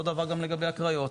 אותו דבר גם לגבי הקריות,